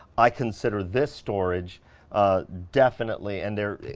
i consider this storage definitely. and there,